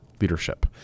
leadership